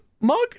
mug